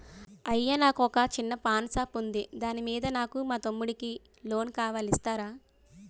అయ్యా నాకు వొక చిన్న పాన్ షాప్ ఉంది దాని మీద నాకు మా తమ్ముడి కి లోన్ కావాలి ఇస్తారా?